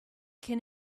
can